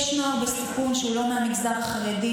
יש נוער בסיכון שהוא לא מהמגזר החרדי,